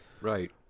Right